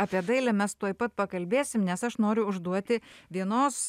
apie dailę mes tuoj pat pakalbėsim nes aš noriu užduoti vienos